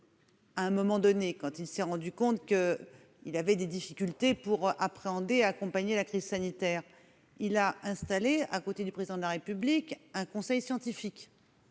français lorsqu'il s'est rendu compte qu'il avait des difficultés pour appréhender et accompagner la crise sanitaire ? Il a installé à côté du Président de la République un conseil scientifique,